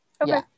Okay